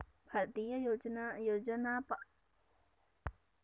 भारतीय योजनासपासून भारत ना लोकेसले छोट्या छोट्या सुविधासनी पण फायदा करि देतस